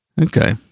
okay